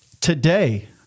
Today